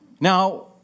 Now